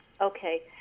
Okay